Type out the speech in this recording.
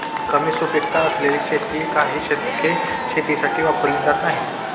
कमी सुपीकता असलेली शेती काही दशके शेतीसाठी वापरली जात नाहीत